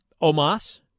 Omas